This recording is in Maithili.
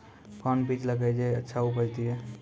कोंन बीज लगैय जे अच्छा उपज दिये?